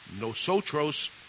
Nosotros